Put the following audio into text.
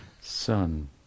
son